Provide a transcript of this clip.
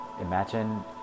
imagine